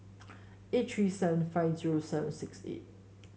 eight three seven five zero seven six eight